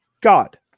God